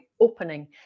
opening